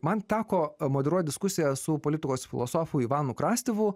man teko moderuot diskusiją su politikos filosofu ivanu krastivu